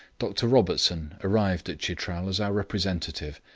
dr. robertson arrived at chitral as our representative,